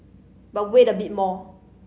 but wait a bit more